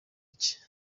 iki